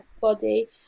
body